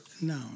No